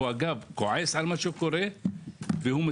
הוא כועס על מה שקורה ומתנקם